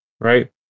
Right